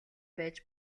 байж